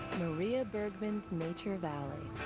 maria bergman's nature valley.